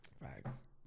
Facts